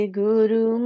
guru